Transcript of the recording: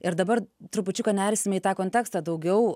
ir dabar trupučiuką nersime į tą kontekstą daugiau